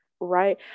Right